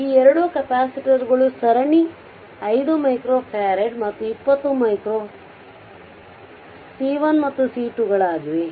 ಈ 2 ಕೆಪಾಸಿಟರ್ಗಳು ಸರಣಿ 5 ಮೈಕ್ರೊಫರಾಡ್ ಮತ್ತು 20 ಮೈಕ್ರೋ C1 ಮತ್ತು C2 ಗಳಾಗಿವೆ